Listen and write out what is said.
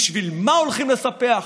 בשביל מה הולכים לספח,